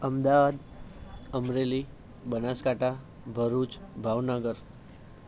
Ahmedabad Amreli Banaskantha Bharuch Bhavnagar